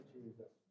Jesus